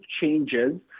changes